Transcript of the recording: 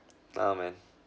ah man